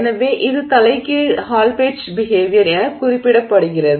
எனவே இது தலைகீழ் ஹால் பெட்ச் பிஹேவியர் என குறிப்பிடப்படுகிறது